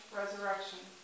resurrection